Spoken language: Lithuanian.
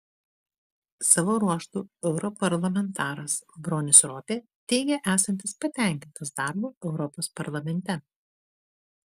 savo ruožtu europarlamentaras bronis ropė teigė esantis patenkintas darbu europos parlamente